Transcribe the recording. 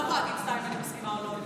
לא יכולה להגיד סתם אם אני מסכימה או לא.